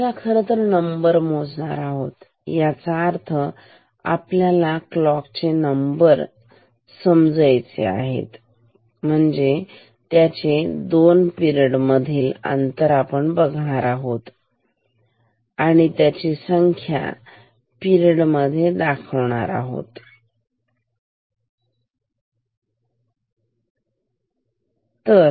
आपण खरं तर नंबर मोजणार आहोत माझा अर्थ आपल्याला क्लॉक चे नंबर समजायचे आहेत या दोन पिरेड मध्ये आणि इथे हा आपण बघणार आहोत आपण बघणार आहोत त्यांची संख्या या पिरेड मध्ये दाखवली आहे